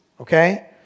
okay